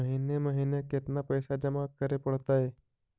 महिने महिने केतना पैसा जमा करे पड़तै?